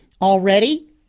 Already